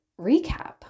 recap